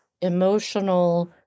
emotional